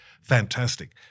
fantastic